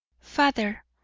Father